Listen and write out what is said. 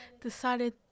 decided